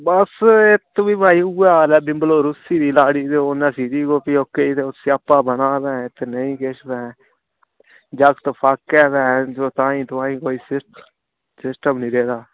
बस एह् तुई भाई उ'ऐ हाल ऐ डिंपल ओह् रुस्सी दी लाड़ी ते ओह् नस्सी दी ओह् प्योके गी ते ओह् स्यापा बना दा भैंऽ इत्थै नेईं किश भैंऽ जागत फाकै भैंऽ ताईं तुहाईं कोई सिस सिस्टम नेईं रेह्दा